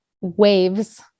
waves